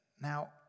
Now